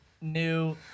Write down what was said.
new